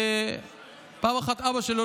פעם אבא שלו,